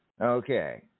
Okay